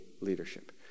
leadership